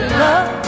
love